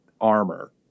armor